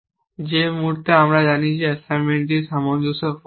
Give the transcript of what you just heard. যে মুহুর্তে আমরা জানি যে অ্যাসাইনমেন্টটি সামঞ্জস্যপূর্ণ নয়